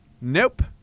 Nope